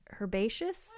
Herbaceous